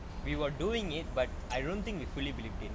we were doing it but I don't think we fully believe it